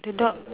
the dog